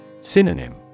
Synonym